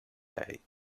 lei